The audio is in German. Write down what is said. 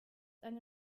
eine